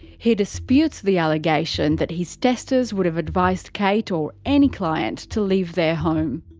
he disputes the allegation that his testers would have advised kate or any client to leave their home.